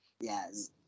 Yes